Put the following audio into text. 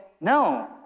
no